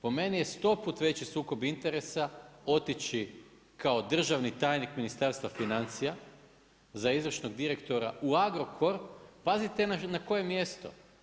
Po meni je stoput veći sukob interesa otići kao državni tajnik Ministarstva financija za izvršnog direktora u Agrokor, pazite na koje mjesto.